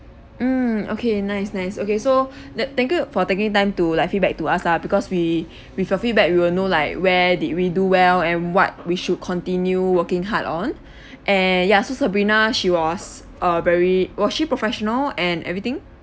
mm okay nice nice okay so that thank you for taking time to like feedback to us lah because we with your feedback we will know like where did we do well and what we should continue working hard on and ya so sabrina she was a very was she professional and everything